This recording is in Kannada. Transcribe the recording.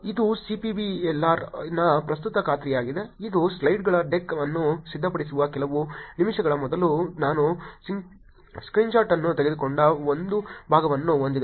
ಇದು CPBLR ನ ಪ್ರಸ್ತುತ ಖಾತೆಯಾಗಿದೆ ಇದು ಸ್ಲೈಡ್ಗಳ ಡೆಕ್ ಅನ್ನು ಸಿದ್ಧಪಡಿಸುವ ಕೆಲವು ನಿಮಿಷಗಳ ಮೊದಲು ನಾನು ಸ್ಕ್ರೀನ್ಶಾಟ್ ಅನ್ನು ತೆಗೆದುಕೊಂಡ ಒಂದು ಭಾಗವನ್ನು ಹೊಂದಿದೆ